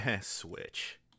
switch